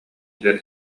дьэ